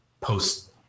post